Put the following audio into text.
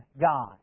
God